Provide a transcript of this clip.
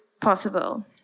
possible